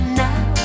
now